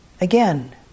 Again